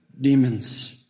demons